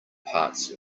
parts